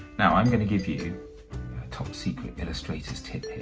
now i'm gonna give you a top secret illustrators tip